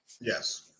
Yes